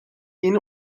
yeni